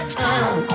time